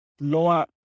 lower